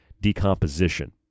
decomposition